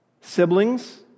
Siblings